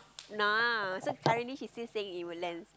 north so currently she's still staying in Woodlands